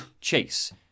Chase